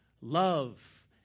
love